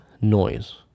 noise